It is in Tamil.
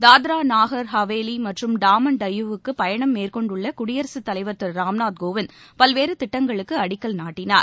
தாத்ரா நாகர் ஹவேலி மற்றும் டாமன் டையூக்கு பயணம் மேற்கொண்டுள்ள குடியரசு தலைவர் திரு ராம்நாத் கோவிந்த் பல்வேறு திட்டங்களுக்கு அடிக்கல் நாட்டினார்